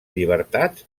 llibertats